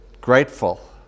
grateful